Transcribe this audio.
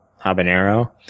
habanero